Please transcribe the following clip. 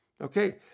Okay